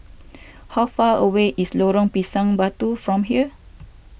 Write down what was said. how far away is Lorong Pisang Batu from here